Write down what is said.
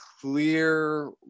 clear